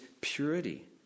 purity